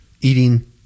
Eating